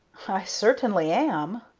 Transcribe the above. i certainly am.